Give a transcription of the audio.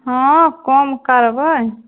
हँ कम करबै